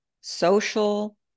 social